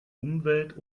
umwelt